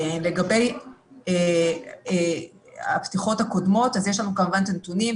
לגבי הפתיחות הקודמות, יש לנו, כמובן, את הנתונים.